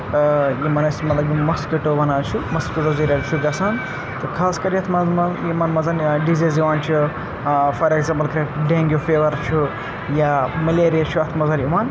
یِمَن أسۍ مطلب یِم مَسکِٹو وَنان چھِ مَسکِٹو ذٔریعہٕ چھُ گَژھان تہٕ خاص کَر یَتھ منٛز یِمَن منٛز ڈِزیٖز یِوان چھِ فار ایٚگزامپٕل ڈینٛگیوٗ فیٖوَر چھُ یا مَلیریا چھُ اَتھ منٛز یِوان